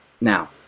Now